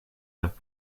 have